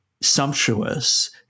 sumptuous